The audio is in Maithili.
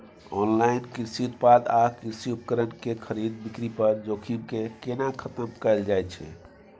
ऑनलाइन कृषि उत्पाद आ कृषि उपकरण के खरीद बिक्री पर जोखिम के केना खतम कैल जाए छै?